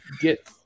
get